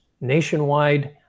nationwide